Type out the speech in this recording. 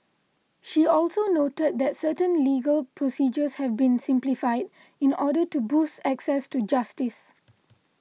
she also noted that certain legal procedures have been simplified in order to boost access to justice